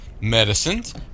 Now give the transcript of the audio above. Medicines